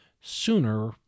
sooner